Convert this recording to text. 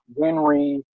Winry